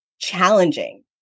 challenging